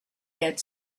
had